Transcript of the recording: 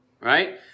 right